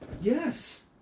Yes